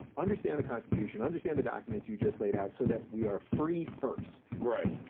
understand the constitution, understand the documents you just laid out so that we are free first. right.